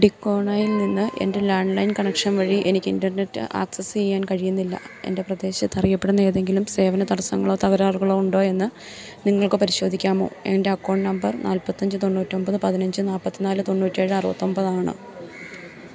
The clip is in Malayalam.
ഡിക്കോണയിൽ നിന്ന് എന്റെ ലാൻഡ്ലൈൻ കണക്ഷൻ വഴി എനിക്ക് ഇന്റര്നെറ്റ് ആക്സസ് ചെയ്യാൻ കഴിയുന്നില്ല എന്റെ പ്രദേശത്ത് അറിയപ്പെടുന്ന ഏതെങ്കിലും സേവന തടസ്സങ്ങളോ തകരാറുകളോ ഉണ്ടോയെന്ന് നിങ്ങള്ക്ക് പരിശോധിക്കാമോ എന്റെ അക്കൗണ്ട് നമ്പർ നാൽപ്പത്തിയഞ്ച് തൊണ്ണൂറ്റിയൊൻപത് പതിനഞ്ച് നാല്പ്പത്തിനാല് തൊണ്ണൂറ്റിയേഴ് അറുപത്തിയൊമ്പതാണ്